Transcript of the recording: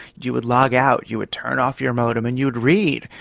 you would log out, you would turn off your modem and you would read.